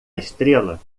estrela